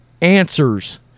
answers